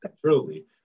truly